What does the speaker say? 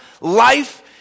life